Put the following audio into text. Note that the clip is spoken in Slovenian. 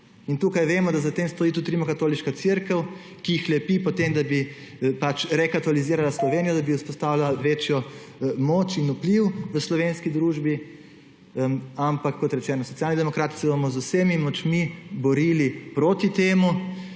In vemo, da za tem stoji tudi Rimskokatoliška cerkev, ki hlepi po tem, da bi rekatolizirala Slovenijo, da bi vzpostavila večjo moč in vpliv v slovenski družbi. Socialni demokrati se bomo z vsemi močmi borili proti temu.